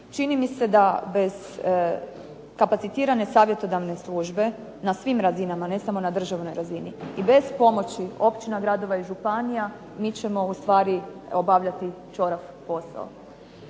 Čini mi se da bez kapacitirane savjetodavne službe na svim razinama ne samo na državnoj razini i bez pomoći općina, gradova i županija mi ćemo ustvari obavljati ćorav posao.